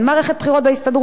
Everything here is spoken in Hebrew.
מה קורה עם אותם אנשים?